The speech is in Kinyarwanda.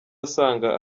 asanga